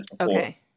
Okay